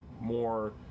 more